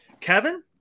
Kevin